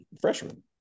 freshman